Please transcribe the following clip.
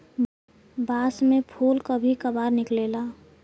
बांस में फुल कभी कभार निकलेला